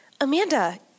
Amanda